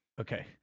Okay